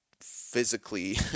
physically